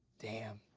damn.